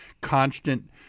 constant